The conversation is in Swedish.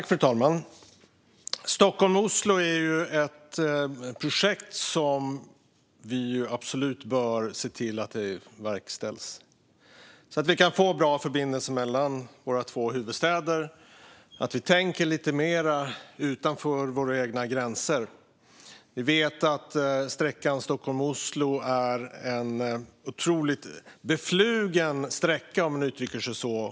Fru talman! Vi bör absolut se till att projektet Stockholm-Oslo verkställs så att vi kan få en bra förbindelse mellan våra två huvudstäder och att vi tänker lite mer utanför våra egna gränser. Vi vet att sträckan Stockholm-Oslo är otroligt beflugen, om jag får uttrycka mig så.